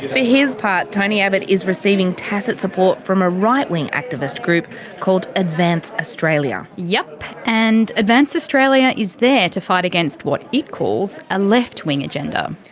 his part, tony abbott is receiving tacit support from a right-wing activist group called advance australia. yep and advance australia is there to fight against what it calls a left wing agenda.